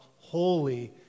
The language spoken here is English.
Holy